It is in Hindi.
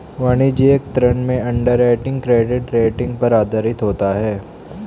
वाणिज्यिक ऋण में अंडरराइटिंग क्रेडिट रेटिंग पर आधारित होता है